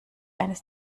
eines